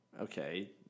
Okay